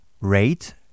rate